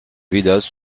village